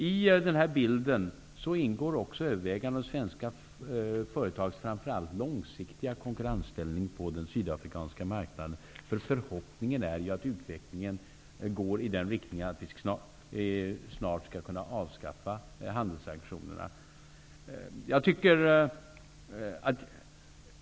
I bilden ingår överväganden av svenska företags framför allt långsiktiga konkurrensställning på den sydafrikanska marknaden. Förhoppningen är ju att utvecklingen går i den riktningen att vi snart skall avskaffa handelssanktionerna.